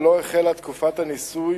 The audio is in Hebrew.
שבה תיערך תקופת הניסוי